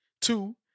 two